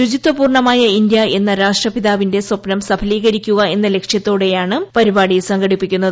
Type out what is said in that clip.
ശുചിത്വ പൂർണമായ ഇന്ത്യ എന്ന രാഷ്ട്രപിതാവിന്റെ സ്വപ്നം സഫലീകരിക്കുക എന്ന ലക്ഷ്യത്ത്യോടെയാണ് പരിപാടി നടക്കുന്നത്